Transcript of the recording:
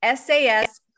SAS